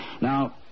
Now